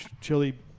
chili